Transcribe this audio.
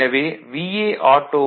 எனவே auto TW